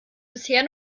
bisher